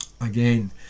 Again